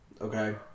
Okay